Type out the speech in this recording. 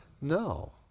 No